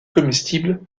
comestible